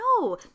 No